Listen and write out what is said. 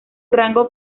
rango